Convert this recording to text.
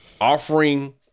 offering